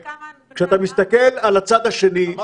כשאתה מסתכל על הצד השני --- הם בונים.